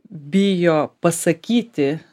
bijo pasakyti